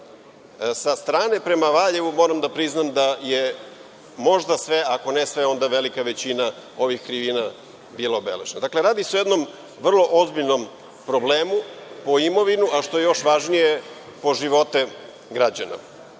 Sa strane prema Valjevu moram da priznam da je možda sve, ako ne sve, onda velika većina ovih krivina bila obeležena. Dakle, radi se o jednom vrlo ozbiljnom problemu po imovinu, a što je još važnije po živote